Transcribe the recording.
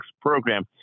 program